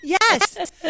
Yes